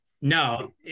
No